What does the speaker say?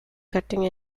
cutting